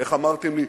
איך אמרתם לי?